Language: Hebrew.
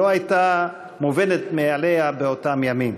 שלא הייתה מובנת מאליה באותם ימים,